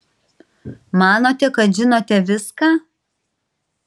manote kad žinote viską